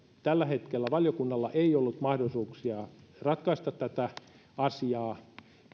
tällä hetkellä valiokunnalla ei ollut mahdollisuuksia ratkaista tätä asiaa